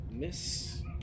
Miss